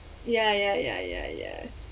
ya ya ya ya ya